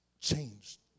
changed